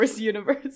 universe